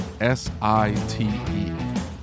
S-I-T-E